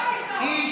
בלילה.